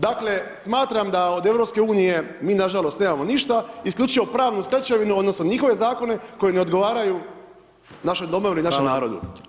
Dakle smatram da od EU-a mi nažalost nemamo ništa, isključivo pravnu stečevinu odnosno njihove zakone koji ne odgovaraju našoj domovini [[Upadica: Hvala]] našem narodu.